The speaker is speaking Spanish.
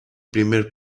primer